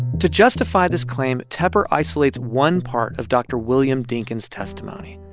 to justify this claim, tepper isolates one part of dr. william dinkins' testimony,